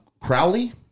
Crowley